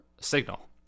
signal